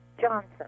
Johnson